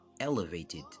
Elevated